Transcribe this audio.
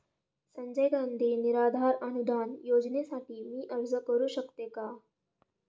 संजय गांधी निराधार अनुदान योजनेसाठी मी अर्ज करू शकते का?